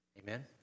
Amen